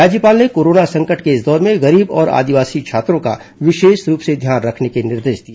राज्यपाल ने कोरोना संकट के इस दौर में गरीब और आदिवासी छात्रों का विशेष रूप से ध्यान रखने को निर्देश दिए